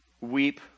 weep